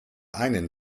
einen